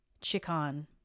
chicken